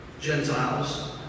Gentiles